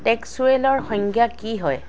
টেক্সচুৱেলৰ সংজ্ঞা কি হয়